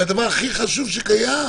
זה הדבר הכי חשוב שקיים.